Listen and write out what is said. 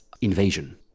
invasion